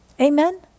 Amen